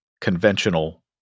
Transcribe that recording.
Conventional